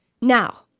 Now